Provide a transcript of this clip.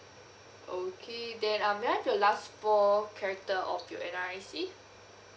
okay then um may I have your last four character of your N_R_I_C